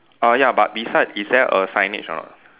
uh ya but beside is there a signage or not